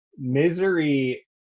Misery